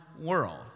world